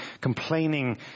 complaining